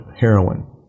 heroin